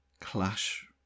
clash